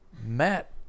Matt